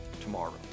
tomorrow